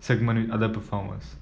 segment with other performers